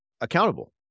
accountable